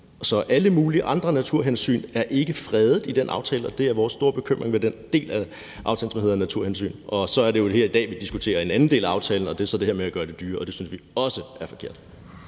Så alle mulige andre naturhensyn er ikke fredet i den aftale, og det er vores store bekymring med den del af aftalen, som hedder naturhensyn. Og så er det jo her i dag, at vi diskuterer en anden del af aftalen, og det er så det her med at gøre det dyrere, og det synes vi også er forkert.